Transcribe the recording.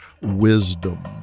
wisdom